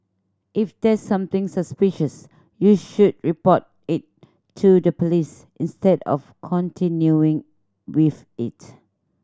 if there's something suspicious you should report it to the police instead of continuing with it